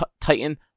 Titan